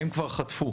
כבר חטפו,